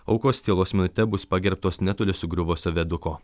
aukos tylos minute bus pagerbtos netoli sugriuvusio viaduko